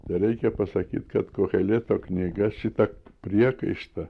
tereikia pasakyt kad koheleto knyga šitą priekaištą